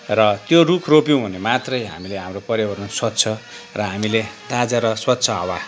र त्यो रुख रोप्यौँ भने मात्रै हामीले हाम्रो पर्यावरण स्वच्छ र हामीले ताजा र स्वच्छ हावा